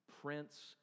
prince